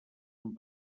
amb